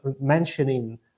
mentioning